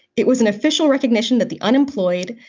it was an official recognition that the unemployed,